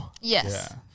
Yes